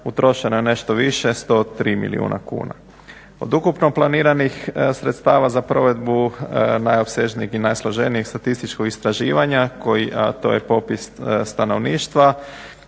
Utrošeno je nešto više 103 milijuna kuna. Od ukupno planiranih sredstava za provedbu najopsežnijih i najsloženijih statističkog istraživanja to je popis stanovništva.